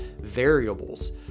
variables